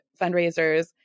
fundraisers